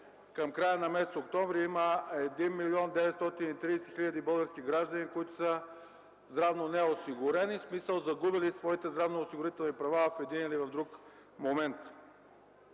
към края на месец октомври има 1 млн. 930 хил. български граждани, които са здравно неосигурени, в смисъл загубили своите здравноосигурителни права в един или друг момент.